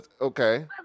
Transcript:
Okay